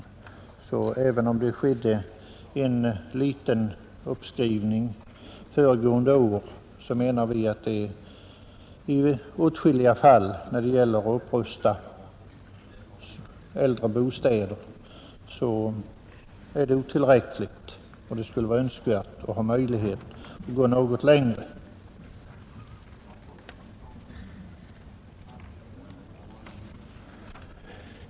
Även om det skedde en liten uppskrivning föregående år menar vi att lånebeloppet i åtskilliga fall när det gäller att upprusta äldre bostäder är otillräckligt. Det skulle därför vara önskvärt att ha möjlighet att gå något längre.